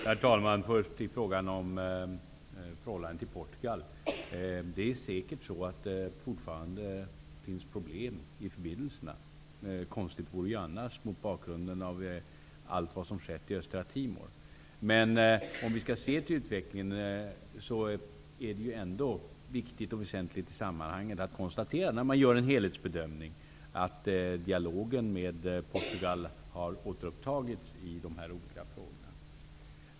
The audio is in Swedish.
Herr talman! Låt mig först ta upp frågan om förhållandet till Portugal. Det är säkert så att det fortfarande finns problem i förbindelserna. Det vore konstigt annars mot bakgrund av allt vad som skett i Östtimor. Om vi skall se till utvecklingen och göra en helhetsbedömning är det ändå viktigt och väsentligt i sammanhanget att konstatera att dialogen med Portugal har återupptagits i dessa frågor.